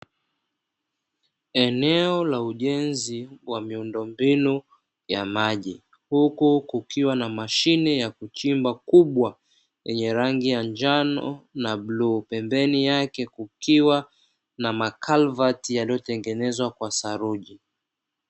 Eneo la ujenzi wa miundombinu ya maji, huku kukiwa na mashine ya kuchimba kubwa yenye rangi ya njano na bluu. Pembeni yake kukiwa na makalvati yaliyotengenezwa kwa saruji.